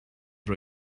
for